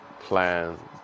plan